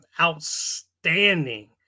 outstanding